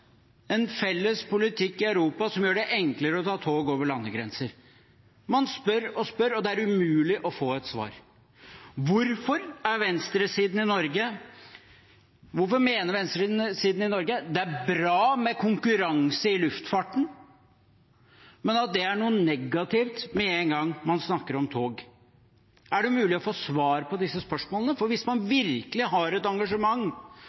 en felles politikk i Europa som gjør det enklere å ta tog over landegrenser? Man spør og spør, og det er umulig å få et svar. Hvorfor mener venstresiden i Norge at det er bra med konkurranse i luftfarten, men at det er noe negativt med en gang man snakker om tog? Er det mulig å få svar på disse spørsmålene? Hvis man virkelig har et engasjement